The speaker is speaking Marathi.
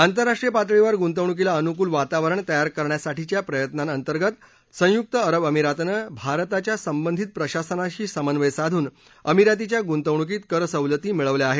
आंतरराष्ट्रीय पातळीवर गुंतवणूकीला अनुकूल वातावरण तयार करण्यासाठीच्या प्रयत्नाअंतर्गत संयुक्त अरब अमिरातीनं भारताच्या संबंधित प्रशासनाशी समन्वय साधून अमिरातीच्या गुंतवणूकीत कर सवलती मिळवल्या आहेत